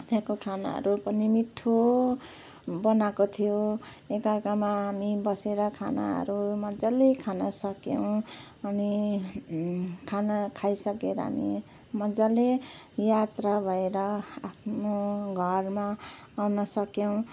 त्यहाँको खानाहरू पनि मिठो बनाएको थियो एका अर्कामा हामी बसेर खानाहरू मज्जाले खान सक्यौँ अनि खाना खाइसकेर हामी मज्जाले यात्रा भएर आफ्नो घरमा आउन सक्यौँ